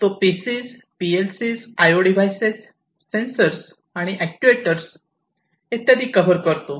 तो PCs PLCs IO devices sensor आणि actuators इत्यादी कव्हर करतो